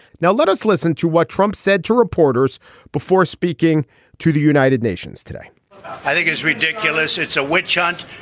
now let us listen to what trump said to reporters before speaking to the united nations today i think it's ridiculous. it's a witch hunt.